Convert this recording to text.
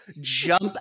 jump